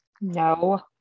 No